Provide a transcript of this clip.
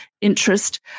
interest